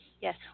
Yes